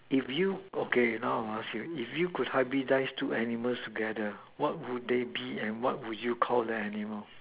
if you okay now ah I ask you if you could hybridize two animals together what would they be and what would you Call the animals